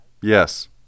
Yes